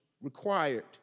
required